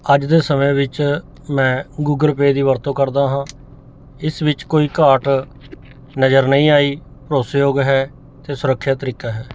ਅੱਜ ਦੇ ਸਮੇਂ ਵਿੱਚ ਮੈਂ ਗੂਗਲ ਪੇਅ ਦੀ ਵਰਤੋਂ ਕਰਦਾ ਹਾਂ ਇਸ ਵਿੱਚ ਕੋਈ ਘਾਟ ਨਜ਼ਰ ਨਹੀਂ ਆਈ ਭਰੋਸੇਯੋਗ ਹੈ ਅਤੇ ਸੁਰੱਖਿਤ ਤਰੀਕਾ ਹੈ